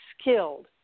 skilled